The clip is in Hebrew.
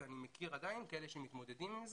ואני מכיר עדיין כאלה שמתמודדים עם זה.